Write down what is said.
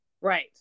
Right